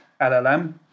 LLM